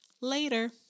later